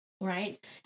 right